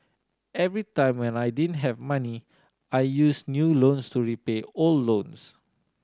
every time when I didn't have money I used new loans to repay old loans